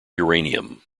uranium